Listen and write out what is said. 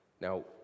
Now